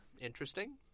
interesting